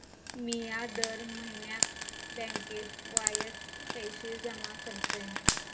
मिया दर म्हयन्याक बँकेत वायच पैशे जमा करतय